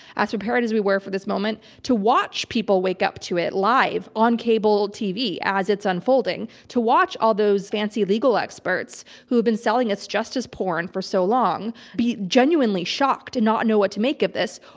as prepared as we were for this moment, to watch people wake up to it live on cable tv as it's unfolding, to watch all those fancy legal experts who have been selling us justice porn for so long be genuinely shocked and not know what to make of this,